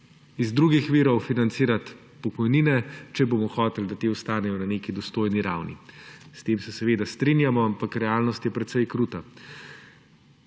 iz drugih virov financirati pokojnine, če bomo hoteli, da te ostanejo na neki dostojni ravni. S tem se seveda strinjamo, ampak realnost je precej kruta.